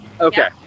Okay